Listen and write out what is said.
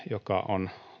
joka on